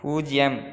பூஜ்ஜியம்